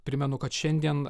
primenu kad šiandien